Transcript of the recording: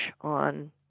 on